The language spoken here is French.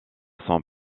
son